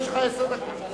יש לך עשר דקות.